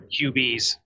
qbs